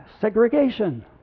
Segregation